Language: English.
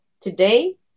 today